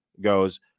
goes